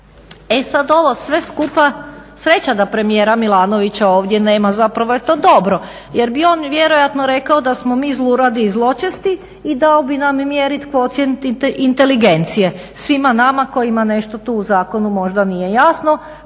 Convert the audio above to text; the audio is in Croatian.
E sad ovo sve skupa sreća da premijera Milanovića ovdje nema. Zapravo je to dobro, jer bi on vjerojatno rekao da smo mi zluradi i zločesti i dao bi nam mjerit kvocijent inteligencije svima nama kojima nešto tu u zakonu možda nije jasno,